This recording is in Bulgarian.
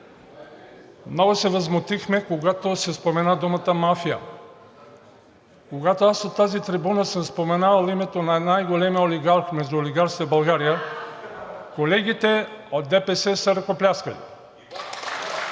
Много се възмутихме, когато се спомена думата „мафия“. Когато аз от тази трибуна съм споменавал името на най-големия олигарх между олигарсите в България, колегите от ДПС са ръкопляскали.